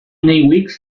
weeks